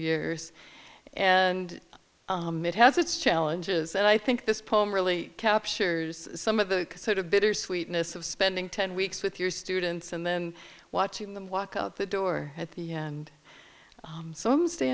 years and it has its challenges and i think this poem really captures some of the sort of bittersweetness of spending ten weeks with your students and then watching them walk out the door at the and some stay